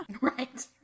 right